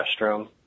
restroom